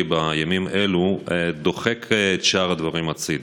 בימים אלו דוחק את שאר הדברים הצידה.